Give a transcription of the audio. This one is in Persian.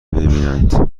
ببینند